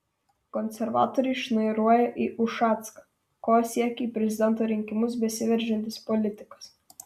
konservatoriai šnairuoja į ušacką ko siekia į prezidento rinkimus besiveržiantis politikas